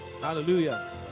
Hallelujah